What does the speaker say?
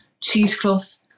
cheesecloth